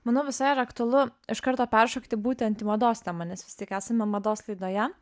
manau visai yra aktualu iš karto peršokti būtent į mados temą nes vis tik esame mados laidoje